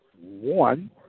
one